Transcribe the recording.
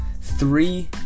Three